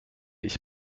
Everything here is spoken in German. ich